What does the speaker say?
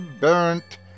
burnt